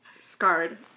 scarred